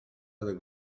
other